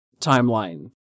timeline